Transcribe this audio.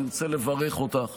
אני רוצה לברך אותך